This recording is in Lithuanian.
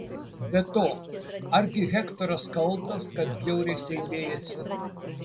be to argi hektoras kaltas kad bjauriai seilėjasi